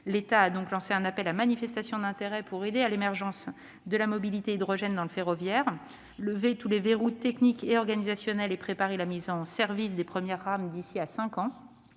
l'État a lancé un appel à manifestation d'intérêt pour aider à l'émergence de la mobilité à l'hydrogène dans le ferroviaire, pour lever tous les verrous techniques et organisationnels et pour préparer la mise en service des premières rames d'ici à cinq ans.